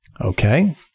Okay